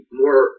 more